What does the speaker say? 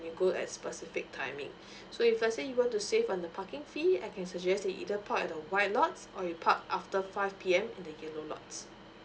when you go at specific timing so if let's say you want to save on the parking fee I can suggest you either park at the white lots or you park after five P_M in the yellow lots